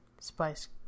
Spice